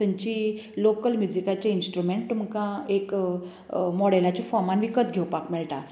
थंयची लाॅकल म्युजिकाची इंस्ट्रूमेंट तुमकां एक मोडेलाचे फाॅर्मान विकत घेवपाक मेळटा